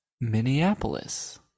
Minneapolis